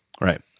Right